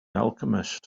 alchemist